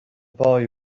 boy